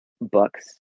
books